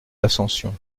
l’ascension